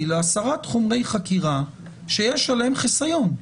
להסרת חומרי חקירה שיש עליהם חיסיון.